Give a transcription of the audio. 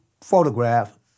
photograph